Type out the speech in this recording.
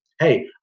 Hey